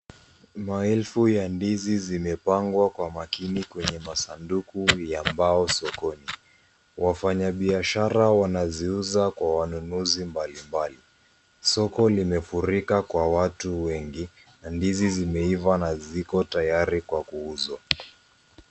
Maelfu ya ndizi zimepangwa kwa makini kwenye masanduku ya mbao sokoni. Wafanyabiashara wanaziuza kwa wanunuzi mbalimbali. Soko limefurika kwa watu wengi na ndizi zimeiva na ziko tayari kwa kuuzwa.